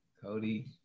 Cody